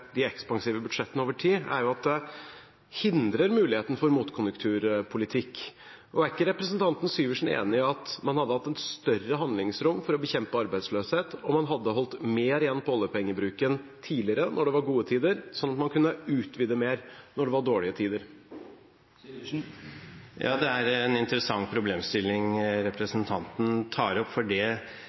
de ekspansive budsjettene over tid, er at det hindrer muligheten for motkonjunkturpolitikk. Er ikke representanten Syversen enig i at man hadde hatt et større handlingsrom for å bekjempe arbeidsløshet om man hadde holdt mer igjen på oljepengebruken tidligere, når det var gode tider, sånn at man kunne utvidet mer når det var dårlige tider? Det er en interessant problemstilling representanten tar opp, for det